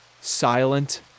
silent